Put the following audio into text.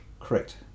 correct